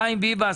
חיים ביבס,